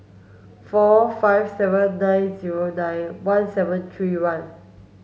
four five seven nine zero nine one seven three one